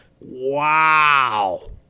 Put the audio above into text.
Wow